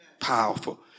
powerful